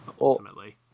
ultimately